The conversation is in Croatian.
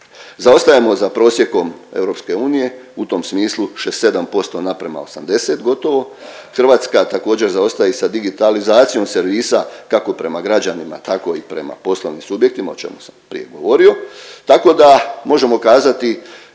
Zaostajemo za prosjekom EU u tom smislu 6-7% naprema 80 gotovo. Hrvatska također zaostaje i sa digitalizacijom servisa kako prema građanima tako i prema poslovnim subjektima o čemu sam prije govorio.